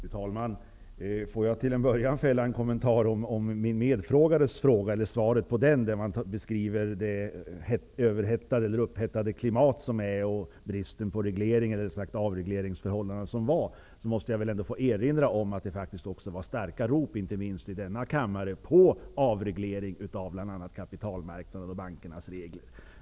Fru talman! Får jag till att börja med fälla en kommentar till svaret på min medfrågares fråga, där man beskriver det upphettade klimatet och bristen på avregleringar. Jag måste få erinra om att det fanns starka rop, inte minst från denna kammare, på avreglering av bl.a. kapitalmarknaden och bankernas regler.